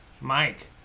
Mike